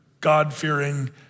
God-fearing